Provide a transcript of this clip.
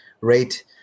rate